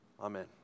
Amen